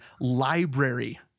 library